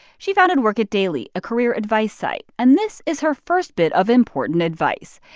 she founded work it daily, a career advice site. and this is her first bit of important advice.